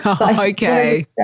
Okay